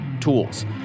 tools